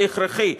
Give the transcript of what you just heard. זה הכרחי.